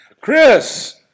Chris